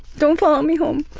don't follow me home.